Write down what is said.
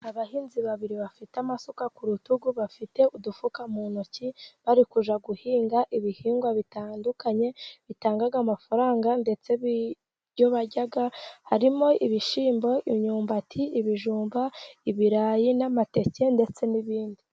Abahinzi babiri bafite amasuka ku rutugu, bafite udufuka mu ntoki bari kujya guhinga ibihingwa bitandukanye bitanga amafaranga, ndetse ibyo barya harimo ibishyimbo, imyumbati, ibijumba, ibirayi n'amateke ndetse n'ibindi.